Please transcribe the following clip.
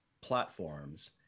platforms